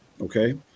okay